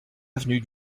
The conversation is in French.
avenue